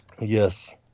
yes